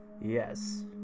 Yes